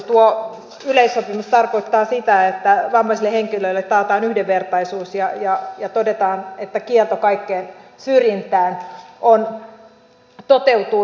tuo yleissopimus tarkoittaa sitä että vammaisille henkilöille taataan yhdenvertaisuus ja todetaan että kielto kaikkeen syrjintään toteutuu